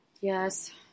Yes